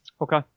Okay